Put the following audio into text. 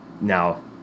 now